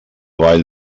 vall